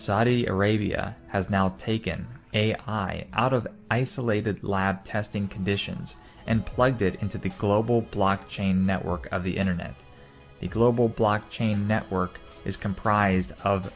saudi arabia has now taken out of isolated lab testing conditions and plugged it into the global block chain network of the internet the global block chain network is comprised of